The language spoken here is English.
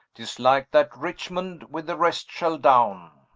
tis like that richmond, with the rest, shall downe